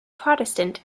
protestant